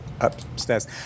upstairs